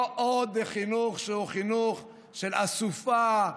לא עוד חינוך שהוא חינוך של אסופה,